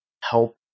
help